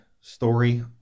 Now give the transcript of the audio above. story